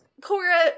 Cora